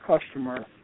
customer